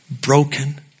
broken